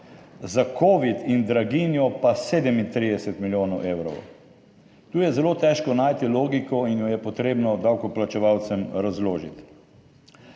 za covid in draginjo pa 37 milijonov evrov. Tu je zelo težko najti logiko in jo je potrebno davkoplačevalcem razložiti.